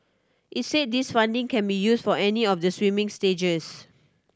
it's say this funding can be use for any of the swimming stages